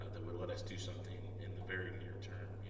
ah that would let us do something in the very near term.